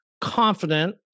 confident